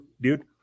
dude